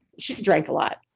she drank a lot.